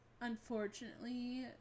unfortunately